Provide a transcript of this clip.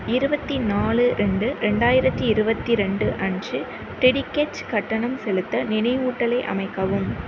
இருபத்தி நாலு ரெண்டு ரெண்டாயிரத்தி இருபத்தி ரெண்டு அன்று டெடிகெச் கட்டணம் செலுத்த நினைவூட்டலை அமைக்கவும்